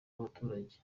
w’abaturage